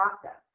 process